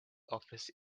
office